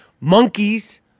Monkeys